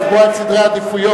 לקבוע את סדרי העדיפויות.